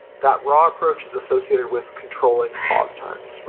that raw approach is associated with controlling pause times.